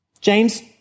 James